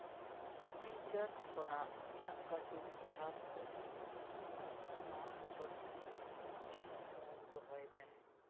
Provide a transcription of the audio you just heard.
Freecharge ᱠᱷᱚᱱᱟᱜ ᱤᱧᱟᱹᱜ ᱠᱟᱹᱴᱩᱵ ᱪᱷᱟᱯ ᱚᱪᱚᱜ ᱢᱮ ᱟᱨ ᱚᱱᱟ ᱵᱚᱫᱚᱞ ᱛᱮ ᱯᱤᱱ ᱥᱩᱢᱩᱝ ᱫᱚᱦᱚᱭ ᱢᱮ